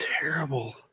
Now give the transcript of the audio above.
terrible